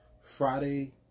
Friday